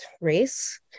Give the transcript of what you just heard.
race